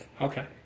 Okay